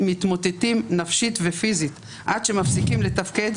מתמוטטים נפשית ופיזית עד שמפסיקים לתפקד,